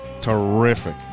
terrific